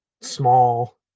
small